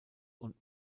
und